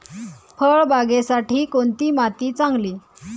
फळबागेसाठी कोणती माती चांगली?